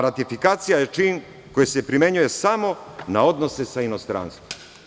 Ratifikacija je čin koji se primenjuje samo na odnose sa inostranstvom.